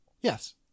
Yes